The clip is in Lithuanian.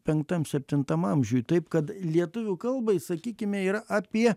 penktam septintam amžiuj taip kad lietuvių kalbai sakykime yra apie